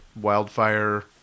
wildfire